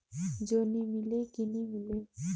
जोणी मीले कि नी मिले?